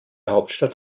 hauptstadt